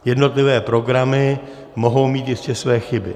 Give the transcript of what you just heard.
Jednotlivé programy mohou mít jistě své chyby.